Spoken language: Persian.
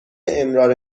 امرار